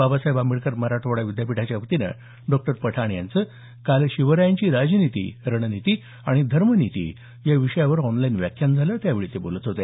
बाबासाहेब आंबेडकर मराठवाडा विद्यापीठाच्या वतीनं डॉ पठाण यांचं शिवरायांची राजनीती रणनीती आणि धर्मनीती या विषयावर काल ऑनलाईन व्याख्यान झालं त्यावेळी ते बोलत होते